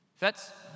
Fetz